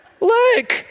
Look